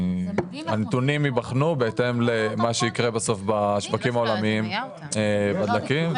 הנתונים ייבחנו בהתאם למה שיקרה בסוף בשווקים העולמיים בדלקים,